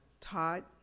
Todd